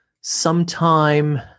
sometime